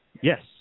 Yes